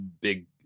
big